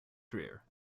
career